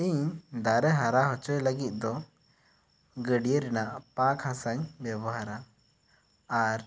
ᱤᱧ ᱫᱟᱨᱮ ᱦᱟᱨᱟ ᱦᱚᱪᱚᱭ ᱞᱟᱹᱜᱤᱫ ᱫᱚ ᱜᱟᱹᱰᱤᱭᱟᱹ ᱨᱮᱱᱟᱜ ᱯᱟᱸᱠ ᱦᱟᱥᱟᱧ ᱵᱮᱵᱚᱦᱟᱨᱟ ᱟᱨ